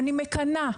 אני מקנאה